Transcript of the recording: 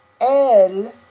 El